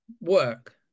work